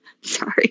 Sorry